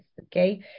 okay